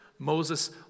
Moses